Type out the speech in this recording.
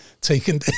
taken